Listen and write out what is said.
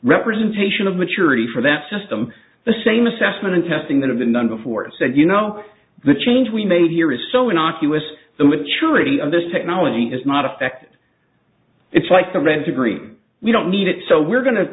representation of maturity for that system the same assessment and testing that have been done before said you know the change we made here is so innocuous the maturity of this technology is not affected it's like the wrens agree we don't need it so we're go